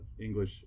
English